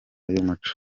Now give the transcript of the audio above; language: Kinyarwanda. y’umuco